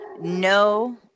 no